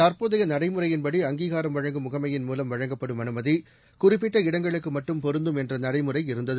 தற்போதைய நடைமுறையின் படி அங்கீகாரம் வழங்கும் முகமையின் மூலம் வழங்கப்படும் அனுமதி குறிப்பிட்ட இடங்களுக்கு மட்டும் பொருந்தும் என்ற நடைமுறை இருந்தது